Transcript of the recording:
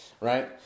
right